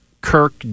Kirk